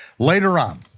later on,